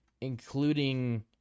including